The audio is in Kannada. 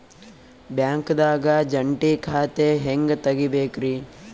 ಬ್ಯಾಂಕ್ದಾಗ ಜಂಟಿ ಖಾತೆ ಹೆಂಗ್ ತಗಿಬೇಕ್ರಿ?